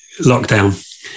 lockdown